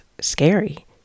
scary